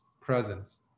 presence